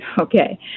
Okay